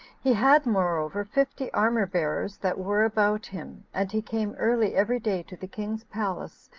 he had moreover fifty armor-bearers that were about him and he came early every day to the king's palace,